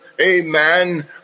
amen